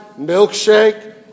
milkshake